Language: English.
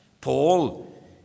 Paul